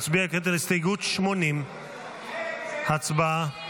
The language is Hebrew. נצביע כעת על הסתייגות 80. הצבעה.